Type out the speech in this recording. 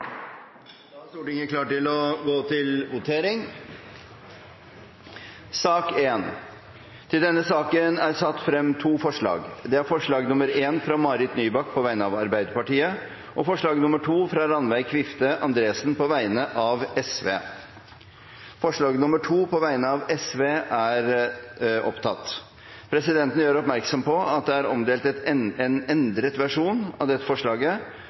Stortinget klar til å gå til votering. Under debatten er det satt frem to forslag. Det er forslag nr. 1, fra Marit Nybakk på vegne av Arbeiderpartiet forslag nr. 2, fra Rannveig Kvifte Andresen på vegne av Sosialistisk Venstreparti Det voteres over forslag nr. 2, fra Sosialistisk Venstreparti. Presidenten gjør oppmerksom på at det er omdelt en endret versjon av dette forslaget,